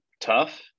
tough